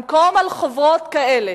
במקום על חוברות כאלה